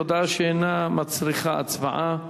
הודעה שאיננה מצריכה הצבעה.